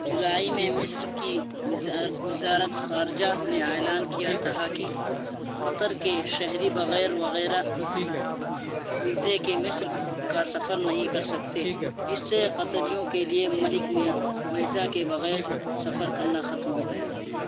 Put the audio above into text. جولائی میں مصر کی وزارت خارجہ نے اعلان کیا کہا کہ قطر کے شہری بغیر وغیرہ ویزے کے مصر کا سفر نہیں کر سکتے جس سے قطریوں کے لیے ملک میں ویزا کے بغیر سفر کرنا ختم ہو گیا